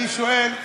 אני שואל,